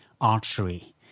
archery